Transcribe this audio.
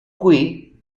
qui